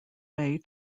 way